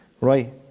Right